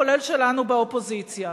כולל שלנו באופוזיציה.